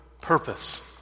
purpose